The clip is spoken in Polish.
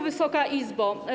Wysoka Izbo!